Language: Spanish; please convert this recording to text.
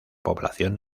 población